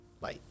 Bye